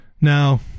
Now